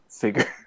figure